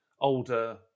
older